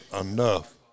enough